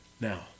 Now